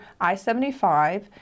I-75